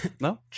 No